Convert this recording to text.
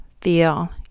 feel